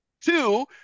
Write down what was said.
two